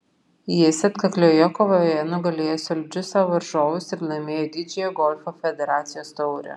jis atkaklioje kovoje nugalėjo solidžius savo varžovus ir laimėjo didžiąją golfo federacijos taurę